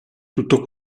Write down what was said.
tutto